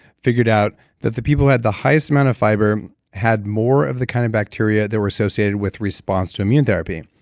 figured out that the people who had the highest amount of fiber had more of the kind of bacteria that were associated with response to immune therapy,